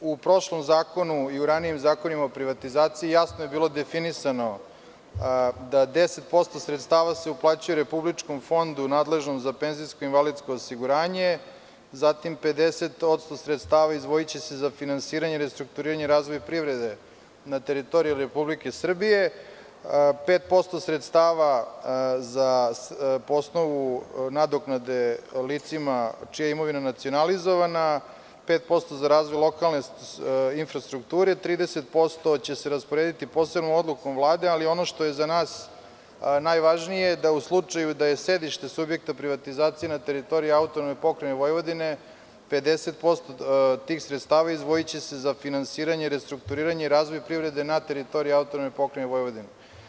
U prošlom zakonu i u ranijim zakonima o privatizaciji jasno je bilo definisano da se 10% sredstava uplaćuje Republičkom fondu nadležnom za penzijsko i invalidsko osiguranje, zatim 50% sredstava izdvojiće se za finansiranje i restrukturiranje i razvoj privrede na teritoriji Republike Srbije, 5% sredstava po osnovu nadoknade licima čija je imovina nacionalizovana, 5% za razvoj lokalne infrastrukture, 30% će se rasporediti posebnom odlukom Vlade, ali ono što je za nas najvažnije, u slučaju da je sedište subjekta privatizacije na teritoriji AP Vojvodine, 50% tih sredstava izdvojiće se za finansiranje i restrukturiranje i razvoj privrede na teritoriji AP Vojvodine.